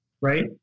right